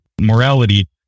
morality